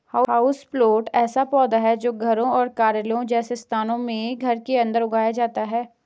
houseplant ऐसा पौधा है जो घरों और कार्यालयों जैसे स्थानों में घर के अंदर उगाया जाता है